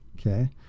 Okay